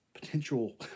potential